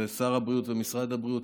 ושר הבריאות ומשרד הבריאות,